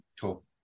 cool